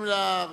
נתקבלה.